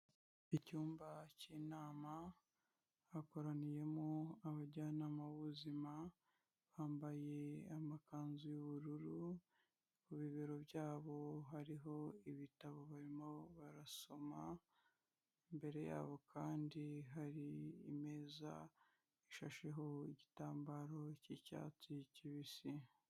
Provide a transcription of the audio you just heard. Icyumba cy'inama hakoraniyemo abajyanama b'ubuzima, bambaye amakanzu y'ubururu ku bibero byabo hariho ibitabo barimo barasoma, imbere yabo kandi hari imeza ishasheho igitambaro cy'icyatsi kibisi.